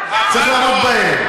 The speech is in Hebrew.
צריך לעמוד בהם.